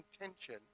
intention